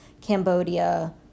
Cambodia